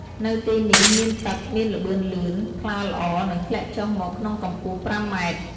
នៅទីនេះមានទឹកមានល្បឿនលឿន ថ្លាល្អ និងធ្លាក់ចុះមកក្នុងកំពស់ប្រាំម៉ែត្រ។